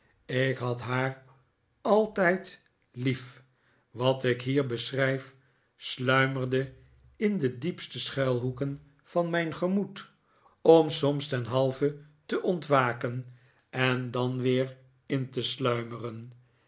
ik had haar altijd lief wat ik hier beschrijf sluimerde in de diepste schuilhoeken van mijn gemoed om soms ten halve te david copperfield ontwaken en dan weer in te sluimeren